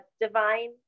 divine